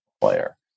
player